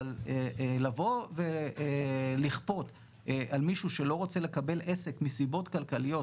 אבל לבוא ולכפות על מישהו שלא רוצה לקבל עסק מסיבות כלכליות,